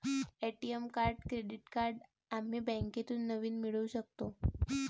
ATM card credit card आम्ही बँकेतून नवीन मिळवू शकतो